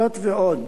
זאת ועוד,